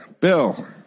Bill